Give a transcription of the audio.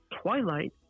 twilight